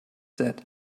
said